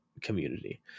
community